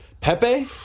Pepe